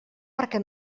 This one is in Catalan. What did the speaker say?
perquè